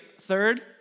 Third